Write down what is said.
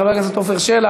חבר הכנסת עפר שלח,